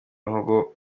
muhogo